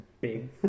big